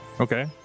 Okay